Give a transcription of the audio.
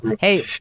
Hey